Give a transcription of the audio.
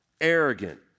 arrogant